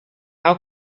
how